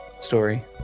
story